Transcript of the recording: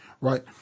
right